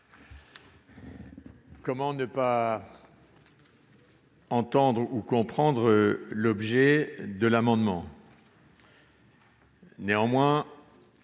Comment ne pas entendre ou comprendre l'objet de l'amendement ? Néanmoins,